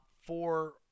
four